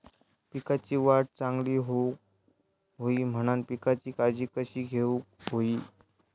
पिकाची वाढ चांगली होऊक होई म्हणान पिकाची काळजी कशी घेऊक होई?